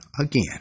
again